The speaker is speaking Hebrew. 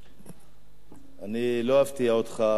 אני לא אפתיע אותך,